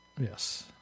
Yes